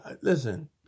listen